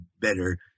better